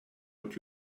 what